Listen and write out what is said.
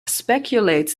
speculates